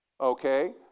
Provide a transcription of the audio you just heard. Okay